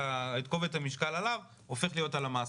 המעסיק.